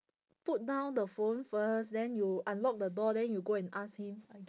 put down the phone first then you unlock the door then you go and ask him I g~